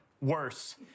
Worse